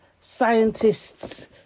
scientist's